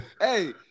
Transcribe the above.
Hey